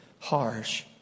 harsh